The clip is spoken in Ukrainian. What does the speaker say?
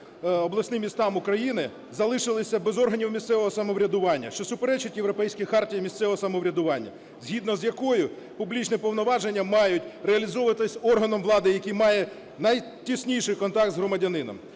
обласним містам України, залишились без органів місцевого самоврядування, що суперечить Європейській хартії місцевого самоврядування, згідно з якою публічні повноваження мають реалізовуватись органом влади, який має найтісніший контакт з громадянином.